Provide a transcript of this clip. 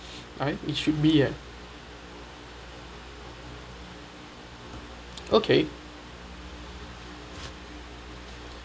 I it should be at okay